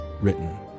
written